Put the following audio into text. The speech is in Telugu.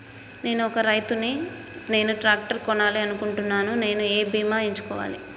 నేను ఒక రైతు ని నేను ట్రాక్టర్ కొనాలి అనుకుంటున్నాను నేను ఏ బీమా ఎంచుకోవాలి?